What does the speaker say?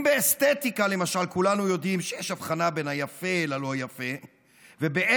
אם באסתטיקה למשל כולנו יודעים שיש הבחנה בין היפה ללא יפה ובאתיקה,